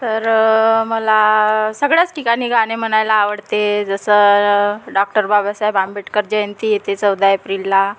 तर मला सगळ्याच ठिकाणी गाणे म्हणायला आवडते जसं डॉक्टर बाबासाहेब आंबेडकर जयंती येते चौदा एप्रिलला